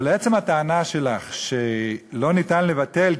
אבל לעצם הטענה שלך שלא ניתן לבטל,